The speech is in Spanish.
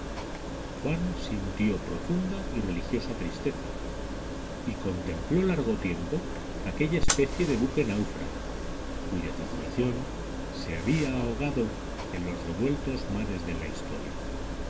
juan sintió profunda y religiosa tristeza y contempló largo tiempo aquella especie de buque náufrago cuya tripulación se había ahogado en los revueltos mares de la historia